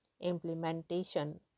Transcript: implementation